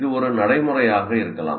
இது ஒரு நடைமுறையாக இருக்கலாம்